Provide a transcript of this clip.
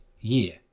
year